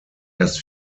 erst